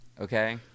Okay